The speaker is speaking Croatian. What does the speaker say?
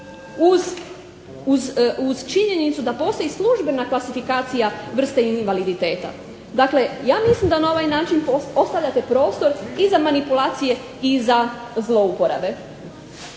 uz činjenicu da postoji službena klasifikacija vrste invaliditeta. Dakle, ja mislim da na ovaj način ostavljate prostor i za manipulacije i za zlouporabe.